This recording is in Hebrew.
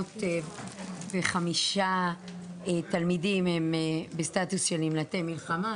1,405 תלמידים הם בסטטוס של נפלטי מלחמה,